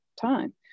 time